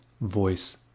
voice